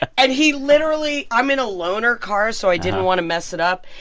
ah and he literally i'm in a loaner car, so i didn't want to mess it up.